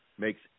makes